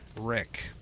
Rick